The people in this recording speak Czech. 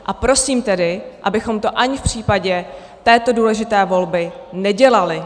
A prosím tedy, abychom to ani v případě této důležité volby nedělali.